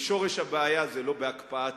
ושורש הבעיה זה לא הקפאת הבנייה,